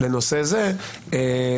לנושא זה,